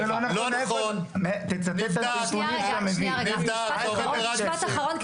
לא נכון נבדק -- משפט אחרון,